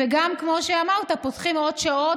וגם, כמו שאמרת, פותחים עוד שעות.